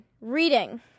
Reading